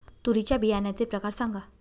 तूरीच्या बियाण्याचे प्रकार सांगा